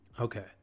Okay